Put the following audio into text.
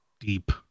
deep